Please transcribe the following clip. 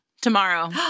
tomorrow